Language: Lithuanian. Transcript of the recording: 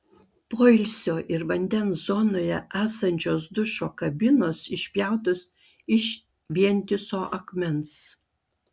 poilsio ir vandens zonoje esančios dušo kabinos išpjautos iš vientiso akmens